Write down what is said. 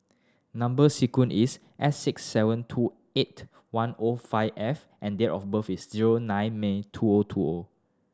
number sequence is S six seven two eight one O five F and date of birth is zero nine May two O two O